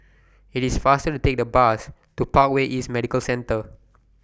IT IS faster to Take The Bus to Parkway East Medical Centre